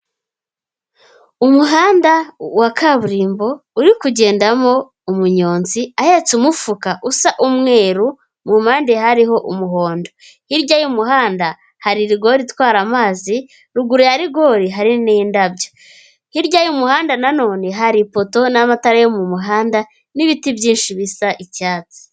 Umuhanda wa kaburimbo uri kugendamo umunyonzi ahetse umufuka usa umweru mu mpande hariho umuhondo, hirya y'umuhanda hari rigori itwara amazi, ruguru ya rigori hari n' indabyo, hirya y'umuhanda na none hari ipoto n'amatara yo mu muhanda n'ibiti byinshi bisa icyatsi.